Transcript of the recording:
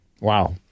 Wow